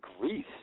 Greece